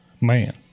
man